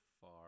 far